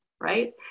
right